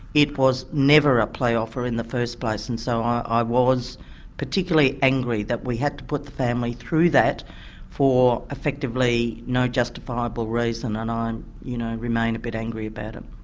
it was never a plea offer in the first place, and so i was particularly angry that we had to put the family through that for effectively no justifiable reason, and you know i remain a bit angry about it.